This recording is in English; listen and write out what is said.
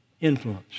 Influence